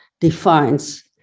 defines